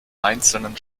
einzelnen